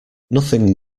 nothing